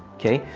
okay?